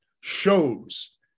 shows